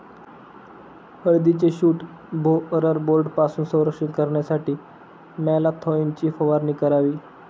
हळदीचे shoot borer बोर्डपासून संरक्षण करण्यासाठी मॅलाथोईनची फवारणी करावी